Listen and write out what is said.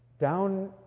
Down